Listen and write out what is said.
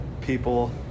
people